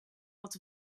out